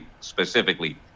specifically